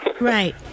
Right